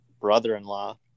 brother-in-law